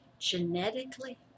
Genetically